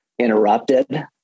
interrupted